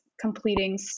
completing